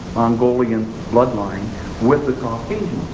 mongolian bloodline with the caucasians.